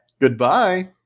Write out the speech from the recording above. Goodbye